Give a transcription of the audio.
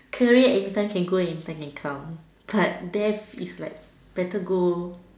career and anytime can go anytime can come but death is like better go